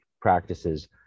practices